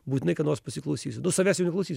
būtinai ką nors pasiklausysiu nu savęs jau neklausysiu